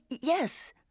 yes